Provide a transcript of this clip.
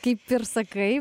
kaip ir sakai